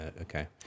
okay